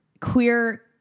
queer